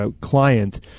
client